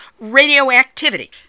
radioactivity